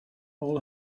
all